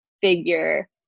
figure